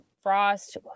Frost